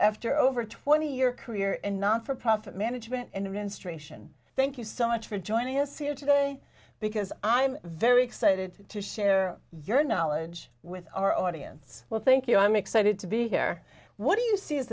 after over a twenty year career and not for profit management and against ration thank you so much for joining us here today because i'm very excited to share your knowledge with our audience well thank you i'm excited to be here what do you see is